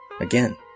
Again